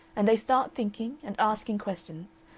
and they start thinking and asking questions,